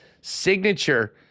signature